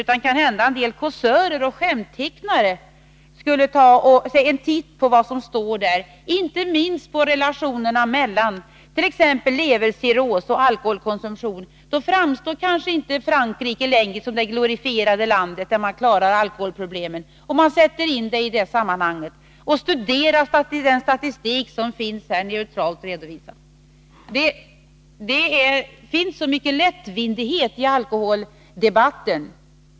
Kanske en del kåsörer och skämttecknare borde ta sig en titt i vad som står där — inte minst avseende relationerna mellan levercirros och alkoholkonsumtion. För den som studerar den statistik som där finns neutralt redovisad framstår kanske inte längre Frankrike som landet där man klarar alkoholproblemen. Det finns så mycken cynisk lättvindighet i alkoholdebatten.